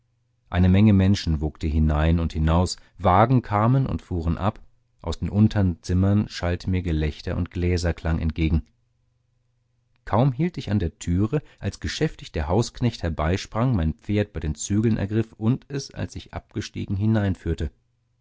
eine menge menschen wogte hinein und hinaus wagen kamen und fuhren ab aus den untern zimmern schallte mir gelächter und gläserklang entgegen kaum hielt ich an der türe als geschäftig der hausknecht herbeisprang mein pferd bei dem zügel ergriff und es als ich abgestiegen hineinführte